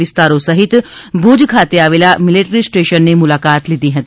વિસ્તારો સહિત ભૂજ ખાતે આવેલા મિલિટરી સ્ટેશનની મુલાકાત લીધી હતી